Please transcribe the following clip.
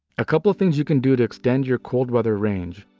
a couple of things you can do to extend your cold weather range,